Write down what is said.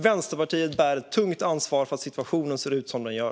Vänsterpartiet bär ett tungt ansvar för att situationen ser ut som den gör.